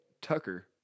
Tucker